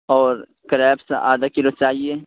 اور کریبس آدھا کلو چاہیے